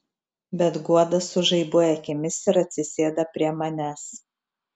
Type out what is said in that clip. bet guoda sužaibuoja akimis ir atsisėda prie manęs